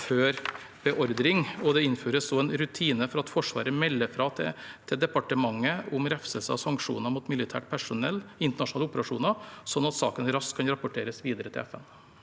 før beordring, og det innføres også en rutine for at Forsvaret melder fra til departementet om refselser og sanksjoner mot militært personell i internasjonale operasjoner, slik at saken raskt kan rapporteres videre til FN.